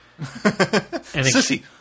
Sissy